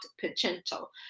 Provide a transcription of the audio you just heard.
potential